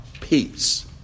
peace